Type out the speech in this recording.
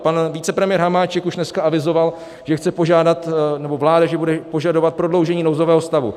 Pan vicepremiér Hamáček už dneska avizoval, že chce požádat, nebo vláda, že bude požadovat prodloužení nouzového stavu.